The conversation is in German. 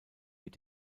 mit